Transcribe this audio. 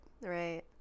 Right